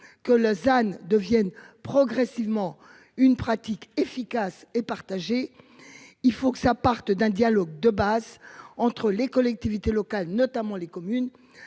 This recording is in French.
que Lausanne deviennent progressivement une pratique, efficace et partagée. Il faut que ça parte d'un dialogue de basse entre les collectivités locales, notamment les communes